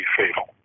fatal